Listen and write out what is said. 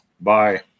Bye